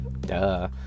Duh